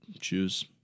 choose